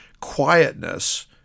quietness